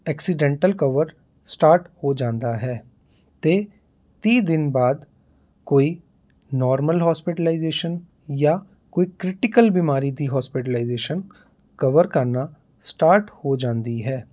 accidental cover start ਹੋ ਜਾਂਦਾ ਹੈ ਅਤੇ ਤੀਹ ਦਿਨ ਬਾਅਦ ਕੋਈ ਨੋਰਮਲ ਹੋਸਪਿਟਲਾਈਜੇਸ਼ਨ ਜਾਂ ਕੋਈ ਕ੍ਰਿਟੀਕਲ ਬਿਮਾਰੀ ਦੀ ਹੋਸਪਿਟਲਾਈਜੇਸ਼ਨ ਕਵਰ ਕਰਨਾ ਸਟਾਟ ਹੋ ਜਾਂਦੀ ਹੈ